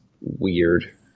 weird